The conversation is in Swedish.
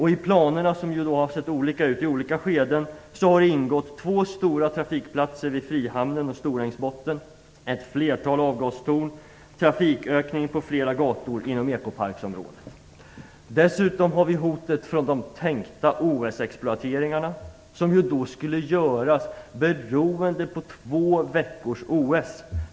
I planerna, som har sett olika ut i olika skeden, har det ingått två stora trafikplatser vid Dessutom har vi hotet från de tänkta OS OS.